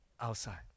outside